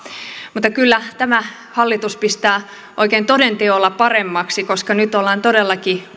mutta kyllä tämä hallitus pistää oikein toden teolla paremmaksi koska nyt ollaan todellakin